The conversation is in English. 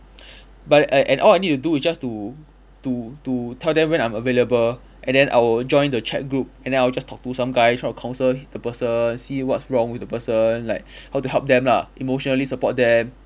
but and and all I need to do is just to to to tell them when I'm available and then I will join the chat group and then I'll just talk to some guy try to counsel the person see what's wrong with the person like how to help them lah emotionally support them